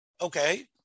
okay